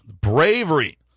bravery